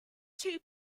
two